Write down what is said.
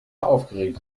aufgeregt